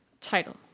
Title